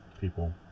people